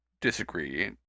disagree